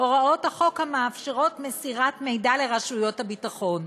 הוראות החוק המאפשרות מסירת מידע לרשויות הביטחון.